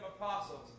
apostles